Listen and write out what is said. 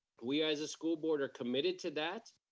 we as a school board are committed to that.